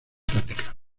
prácticas